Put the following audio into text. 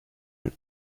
ein